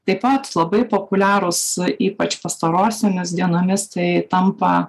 taip pat labai populiarūs ypač pastarosiomis dienomis tai tampa